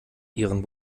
ihren